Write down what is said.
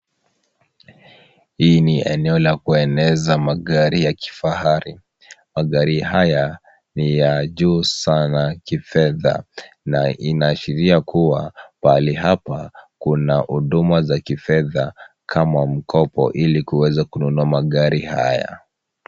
Hii ni eneo la kueneza magari ya kifahari. Magari haya ni ya juu sana kifedha na inaashiria kuwa pahali hapa kuna huduma za kifedha kama mkopo, ili kuweza kununua magari haya.